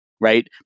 Right